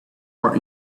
more